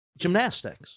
gymnastics